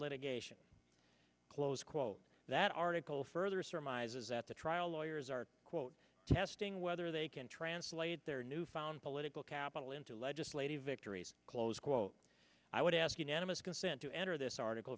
litigation close quote that article further surmises that the trial lawyers are quote testing whether they can translate their newfound political capital into legislative victories close quote i would ask unanimous consent to enter this article